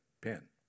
pen